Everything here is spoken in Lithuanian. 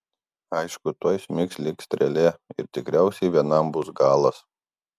aišku tuoj smigs lyg strėlė ir tikriausiai vienam bus galas